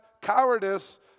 cowardice